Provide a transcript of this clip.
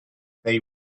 they